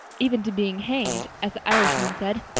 even to being hanged, as the irishman said.